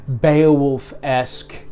beowulf-esque